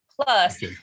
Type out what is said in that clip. Plus